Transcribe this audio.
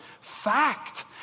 fact